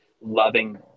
loving